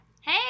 Hey